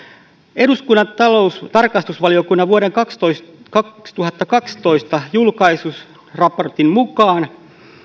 eduskunnan tarkastusvaliokunnan vuonna kaksituhattakaksitoista julkaistun raportin mukaan